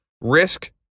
risk